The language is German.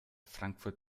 frankfurt